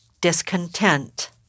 Discontent